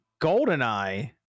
goldeneye